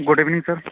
good evening sir